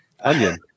Onion